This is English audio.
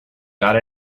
got